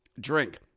Drink